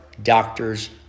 doctors